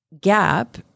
GAP